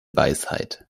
weisheit